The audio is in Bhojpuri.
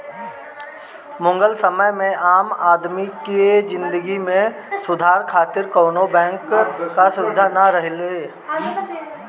मुगल समय में आम आदमी के जिंदगी में सुधार खातिर कवनो बैंक कअ सुबिधा ना रहे